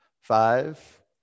Five